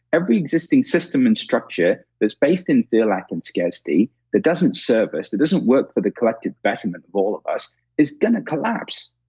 every existing system and structure that's based in fear, lack and scarcity that doesn't serve us, that doesn't work for the collective betterment of all of us is going to collapse.